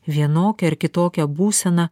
vienokią ar kitokią būseną